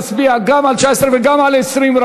נצביע גם על 19 וגם על 20,